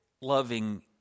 loving